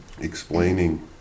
explaining